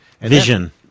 Vision